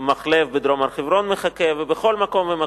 המחלף בדרום הר-חברון מחכה, ובכל מקום ומקום.